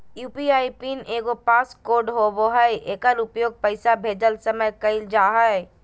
UPI PIN एगो passcode होबो हइ एकर उपयोग पैसा भेजय समय कइल जा हइ